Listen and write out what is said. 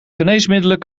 geneesmiddelen